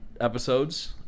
episodes